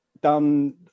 done